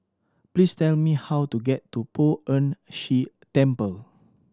please tell me how to get to Poh Ern Shih Temple